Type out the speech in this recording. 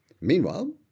Meanwhile